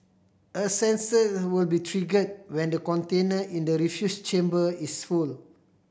a sensor will be triggered when the container in the refuse chamber is full